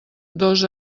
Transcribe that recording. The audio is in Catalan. dos